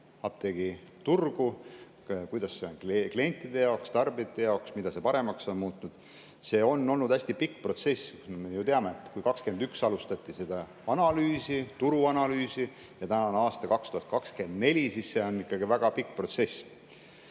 apteegiturgu, kuidas see on [mõjutanud] kliente, tarbijaid ja mida see paremaks on muutnud. See on olnud hästi pikk protsess. Me ju teame, et kui aastal 2021 alustati seda turuanalüüsi ja täna on aasta 2024, siis see on ikkagi väga pikk protsess.